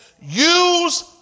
Use